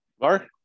Mark